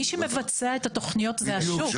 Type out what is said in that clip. מי שמבצע את התוכניות זה השוק.